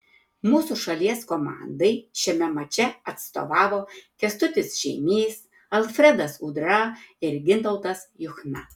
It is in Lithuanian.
mūsų šalies komandai šiame mače atstovavo kęstutis žeimys alfredas udra ir gintautas juchna